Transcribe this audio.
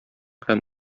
һәм